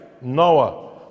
Noah